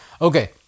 Okay